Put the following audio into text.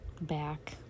Back